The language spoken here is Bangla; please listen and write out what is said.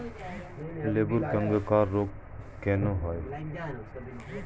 লেবুর ক্যাংকার রোগ কেন হয়?